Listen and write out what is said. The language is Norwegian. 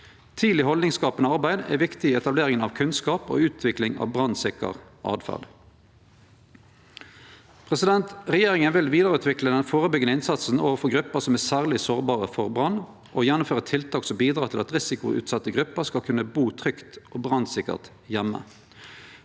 Tidleg haldningsskapande arbeid er viktig i etablering av kunnskap og utvikling av brannsikker åtferd. Regjeringa vil vidareutvikle den førebyggjande innsatsen overfor grupper som er særleg sårbare for brann, og gjennomføre tiltak som bidrar til at risikoutsette grupper skal kunne bu trygt og brannsikkert heime.